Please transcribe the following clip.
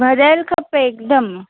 भरियल खपे हिकदमि